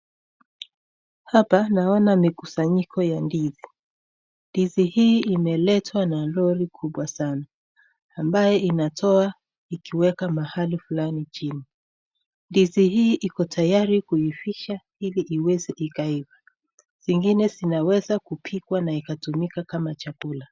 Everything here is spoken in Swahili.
Hapa naona mikusaniko ya ndizi. Ndizi hii imeletwa na lori kubwa sana, ambayo inatoa ikiweka mahali maalumu. Ndizi hii iko tayari kuhivishwa hili iwezeika iva. Zingine zinaweza kupikwa na ikatumika kama chakula.